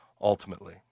ultimately